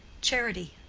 charity!